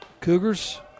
Cougars